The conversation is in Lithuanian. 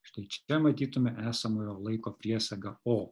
štai čia matytume esamojo laiko priesagą o